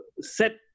set